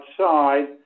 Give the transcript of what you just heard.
outside